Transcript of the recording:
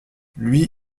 lui